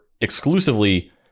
exclusively